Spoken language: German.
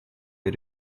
wir